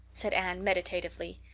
said anne meditatively.